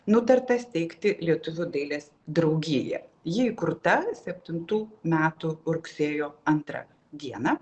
nutarta steigti lietuvių dailės draugiją ji įkurta septintų metų rugsėjo antrą dieną